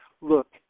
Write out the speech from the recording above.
look